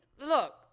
look